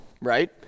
right